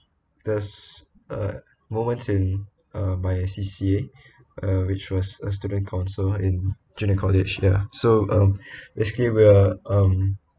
there was uh moments in uh my C_C_A uh which was a student council in junior college ya so um basically we're um